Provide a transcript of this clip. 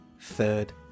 third